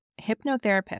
hypnotherapist